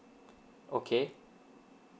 okay